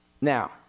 Now